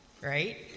right